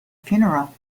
funeral